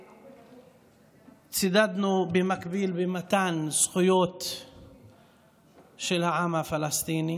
וצידדנו במקביל במתן זכויות לעם הפלסטיני